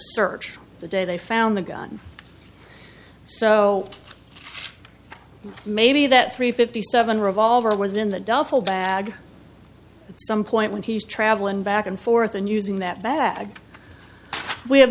search the day they found the gun so maybe that three fifty seven revolver was in the duffel bag some point when he's traveling back and forth and using that bag we have